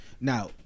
now